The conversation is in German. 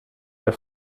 der